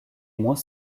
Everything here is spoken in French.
moins